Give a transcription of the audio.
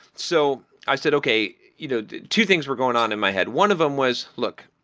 so i said, okay, you know two things were going on in my head. one of them was, look,